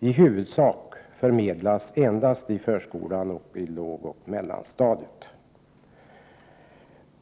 i huvudsak skall förmedlas i förskolan på lågoch mellanstadiet.